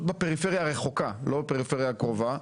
בפריפריה הרחוקה ולא בפריפריה הקרובה.